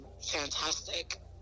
fantastic